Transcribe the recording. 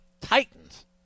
titans